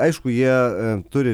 aišku jie turi